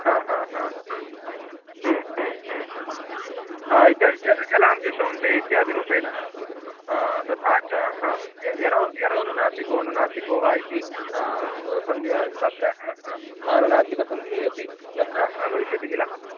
झलां जशोऽन्ते इत्यादि रूपेण तथा च य यरो यरोनुनासिकोनुनासिको वा इति सन्धिः तत्र अनुनासिकसन्धिः अपि तत्र भविष्यति किल